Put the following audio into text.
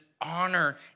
honor